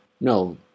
No